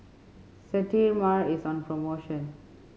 sterimar is on promotion